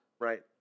Right